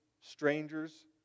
strangers